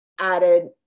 added